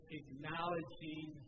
acknowledging